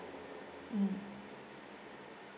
mm